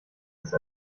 ist